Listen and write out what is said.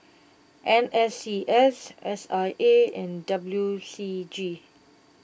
N S C S S I A and W C G